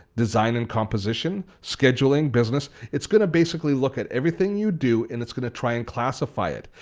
design and composition, scheduling, business. it's going to basically look at everything you do and it's going to try and classify it.